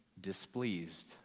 displeased